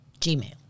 Gmail